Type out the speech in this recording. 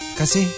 kasi